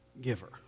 giver